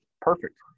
perfect